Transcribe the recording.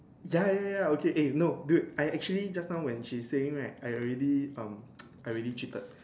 ya ya ya okay eh no dude I actually just now when she saying right I already um I already cheated